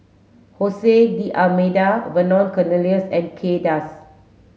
Jose D'almeida Vernon Cornelius and Kay Das